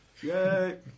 Yay